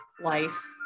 life